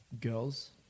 Girls